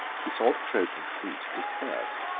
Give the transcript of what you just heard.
he saw the trojan fleet dispers'd,